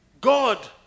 God